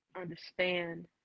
understand